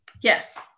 yes